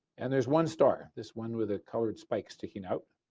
and there's one star. this one with a colored spike sticking out.